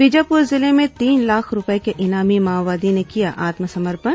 बीजापुर जिले में तीन लाख रूपए के इनामी माओवादी ने किया आत्मसमर्पण